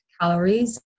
calories